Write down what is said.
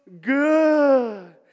good